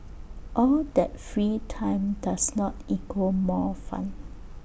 all that free time does not equal more fun